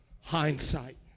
hindsight